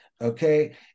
okay